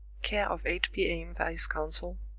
care of h. b. m. vice-consul,